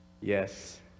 yes